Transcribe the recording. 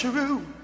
True